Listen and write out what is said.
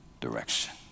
direction